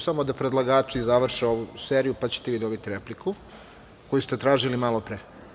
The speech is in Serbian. Samo da predlagači završe ovu seriju, pa ćete vi dobiti repliku koju ste tražili malopre.